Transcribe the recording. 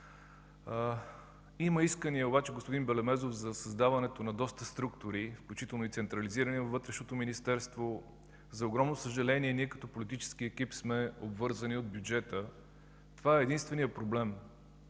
Има искания обаче, господин Белемезов, за създаването на доста структури, включително и централизирани във Вътрешното министерство. За огромно съжаление, ние като политически екип сме обвързани от бюджета. Това е единственият проблем.